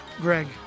Greg